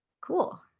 Cool